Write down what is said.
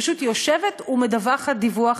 היא פשוט יושבת ומדווחת דיווח.